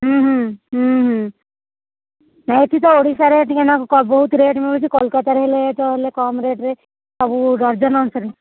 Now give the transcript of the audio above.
ହୁଁ ହୁଁ ନାଇ ଏଠି ତ ଓଡ଼ିଶାରେ ଟିକେନାକ ବହୁତ ରେଟ୍ ମିଳୁଛି କଲିକତାରେ ହେଲେ ତ ହେଲେ କମ୍ ରେଟ୍ରେ ସବୁ ଡର୍ଜନ୍ ଅନୁସାରେ